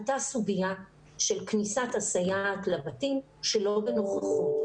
עלתה סוגיה של כניסת הסייעת לבתים שלא בנוכחות.